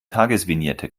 tagesvignette